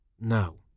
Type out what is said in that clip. No